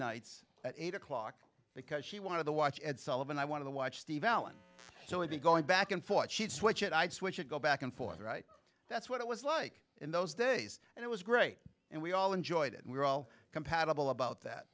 nights at eight o'clock because she wanted to watch ed sullivan i want to watch steve allen so i'd be going back and forth she'd switch it i'd switch it go back and forth right that's what it was like in those days and it was great and we all enjoyed it and we were all compatible about that